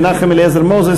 מנחם אליעזר מוזס,